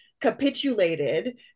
capitulated